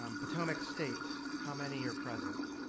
um potomac state, how many are present?